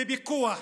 ובכוח.